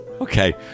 Okay